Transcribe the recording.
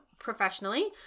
professionally